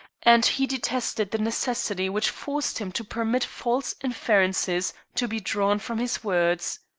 and he detested the necessity which forced him to permit false inferences to be drawn from his words.